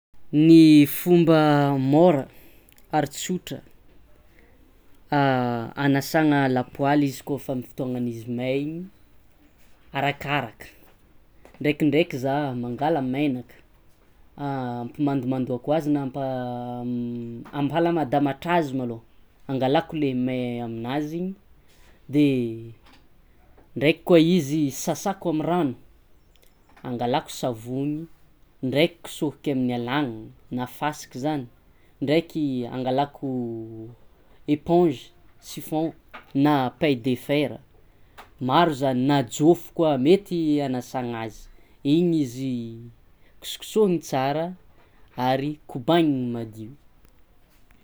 Ny fomba mora ary tsotra anasagna lapoaly izy kôfa amy fotoagnan'izy may igny, arakaraka: ndraikindraiky zaha mangala mainaka ampimandomandoako azy na mpa- ampalamadamatra azy malaoha angalako le may aminazy igny, de ndraiky koa izy sasako amy rano angalako savogny, ndraiky kisôhiky amin'ny alagnagna na fasiky zany, ndraiky angalako éponge chiffon na paille de fer, maro zany na jôfo koa mety anasagna azy. Igny izy kosokosôhigny tsara ary kobagnigny madio.